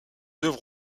œuvres